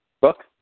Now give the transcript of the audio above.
Book